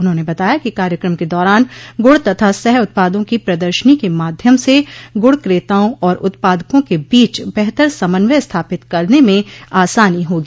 उन्होंने बताया कि कार्यक्रम के दौरान गुड़ तथा सह उत्पादों की प्रदर्शनी के माध्यम से गुड़ क्रेताओं और उत्पादकों के बीच बेहतर समन्वय स्थापित करने में आसानी होगी